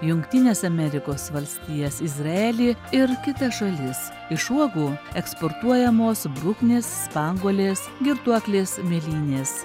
jungtines amerikos valstijas izraelį ir kitas šalis iš uogų eksportuojamos bruknės spanguolės girtuoklės mėlynės